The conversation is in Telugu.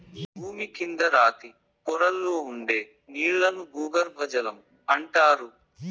భూమి కింద రాతి పొరల్లో ఉండే నీళ్ళను భూగర్బజలం అంటారు